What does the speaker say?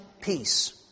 peace